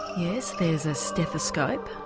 yes, there's a stethoscope.